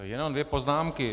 Jenom dvě poznámky.